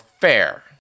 fair